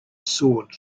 sword